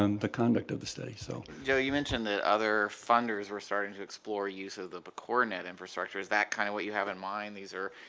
and the conduct of the study so. joe you mentioned that other funders were starting to explore uses of pcornet infrastructure is that kind of what you have in mind? these are